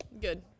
Good